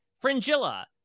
Fringilla